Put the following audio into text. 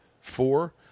four